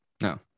No